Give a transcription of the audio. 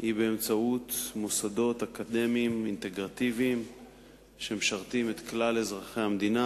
היא באמצעות מוסדות אקדמיים אינטגרטיביים שמשרתים את כלל אזרחי המדינה,